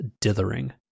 dithering